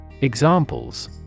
Examples